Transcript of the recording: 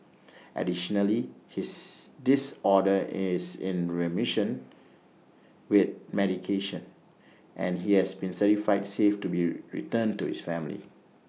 additionally his disorder is in remission with medication and he has been certified safe to be returned to his family